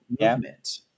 movement